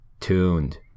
tuned